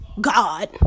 God